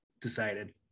decided